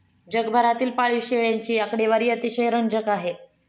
जगभरातील पाळीव शेळ्यांची आकडेवारी अतिशय रंजक आहे